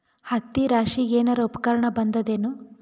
ಹತ್ತಿ ರಾಶಿಗಿ ಏನಾರು ಉಪಕರಣ ಬಂದದ ಏನು?